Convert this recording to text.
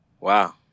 Wow